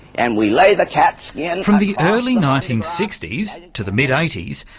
and we lay the cat skin. from the early nineteen sixty s to the mid eighty s,